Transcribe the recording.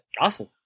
Awesome